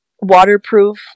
waterproof